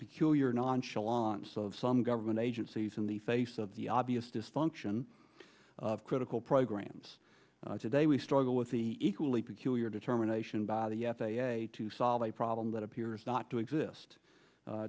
peculiar nonchalance of some government agencies in the face of the obvious dysfunction of critical programs today we struggle with the equally peculiar determination by the f a a to solve a problem that appears not to exist